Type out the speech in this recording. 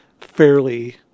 fairly